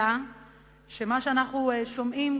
אלא שמה שאנחנו כבר שומעים,